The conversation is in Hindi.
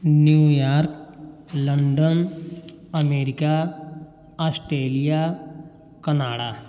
new York London America Australia Canada